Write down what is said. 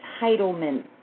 entitlement